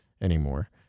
anymore